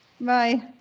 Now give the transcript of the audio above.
Bye